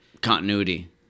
continuity